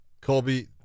Colby